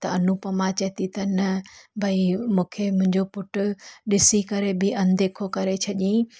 त अनुपमा चए थी त न भई मूंखे मुंहिंजो पुटु ॾिसी करे बि अनदेखो करे छॾियांई